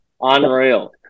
Unreal